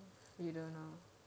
you don't know